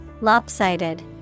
Lopsided